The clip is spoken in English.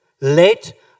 Let